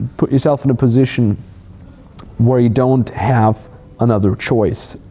put yourself in a position where you don't have another choice.